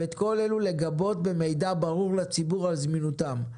ואת כל אלו לגבות במידע ברור לציבור על זמינותם.